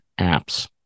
apps